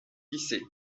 dice